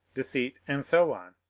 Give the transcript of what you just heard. deceit, and so on.